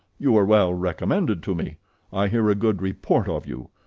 you are well recommended to me i hear a good report of you.